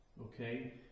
Okay